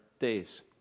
days